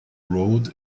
road